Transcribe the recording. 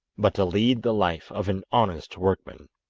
but to lead the life of an honest workman.